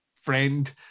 friend